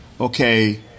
Okay